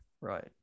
Right